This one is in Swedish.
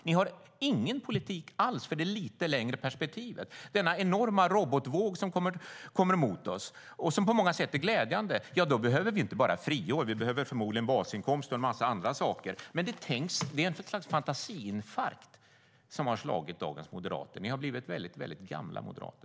Ni har ingen politik alls för det lite längre perspektivet. Det kommer att komma en enorm robotvåg över oss som på många sätt är glädjande. Då behöver vi inte bara friår utan då behöver vi förmodligen basinkomster och en massa andra saker. Men det är något slags fantasiinfarkt som har drabbat dagens moderater. Ni har blivit väldigt gamla moderater.